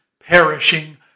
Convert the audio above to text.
perishing